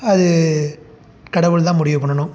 அது கடவுள் தான் முடிவு பண்ணணும்